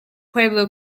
pueblo